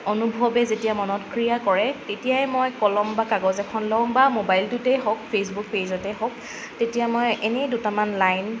অনুভৱে যেতিয়া মনত ক্ৰিয়া কৰে তেতিয়াই মই কলম বা কাগজ এখন লওঁ বা মোবাইলটোতেই হওঁক ফেচবুক পেজতেই হওঁক তেতিয়া মই এনেয়ে দুটামান লাইন